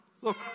Look